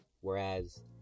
whereas